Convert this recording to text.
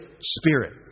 spirit